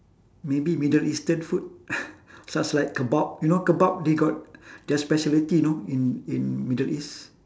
maybe middle eastern food such like kebab you know kebab they got their speciality you know in in middle east